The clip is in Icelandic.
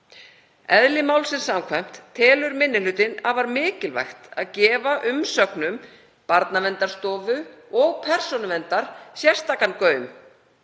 Eðli málsins samkvæmt telur minni hlutinn afar mikilvægt að gefa umsögnum Barnaverndarstofu og Persónuverndar sérstakan gaum